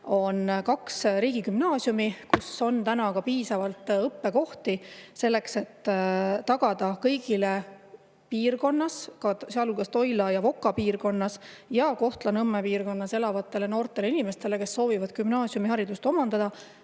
on kaks riigigümnaasiumi, kus on piisavalt õppekohti, selleks et kõigile selles piirkonnas, sealhulgas Toila ja Voka piirkonnas ning Kohtla-Nõmme piirkonnas elavatele noortele inimestele, kes soovivad gümnaasiumiharidust omandada